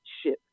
ship